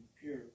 pure